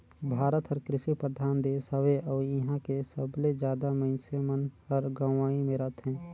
भारत हर कृसि परधान देस हवे अउ इहां के सबले जादा मनइसे मन हर गंवई मे रथें